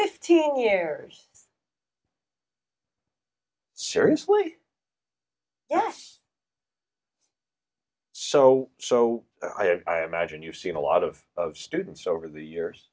fifteen years seriously yes so so i imagine you've seen a lot of of students over the years